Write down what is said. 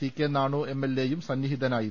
C K Nanu എം എൽ എയും സന്നിഹിതനായിരുന്നു